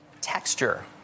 Texture